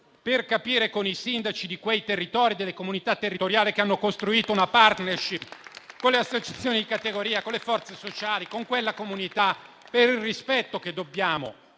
capire con i sindaci di quei territori e delle comunità territoriali, che hanno costruito una *partnership* con le associazioni di categoria e con le forze sociali, per il rispetto che dobbiamo